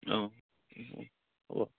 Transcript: অঁ